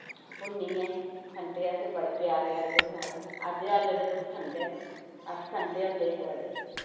भुन्नियै खंदे अस बड़े प्यारे लगदे अस सारे अजकल ते कुतै खंदे न अस खंदे होंदे हे बड़े